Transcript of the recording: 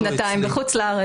אני הייתי גם שנתיים בחוץ לארץ.